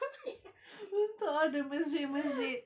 yes